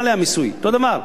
שאין עליה מיסוי, אותו הדבר.